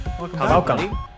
welcome